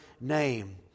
name